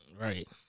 Right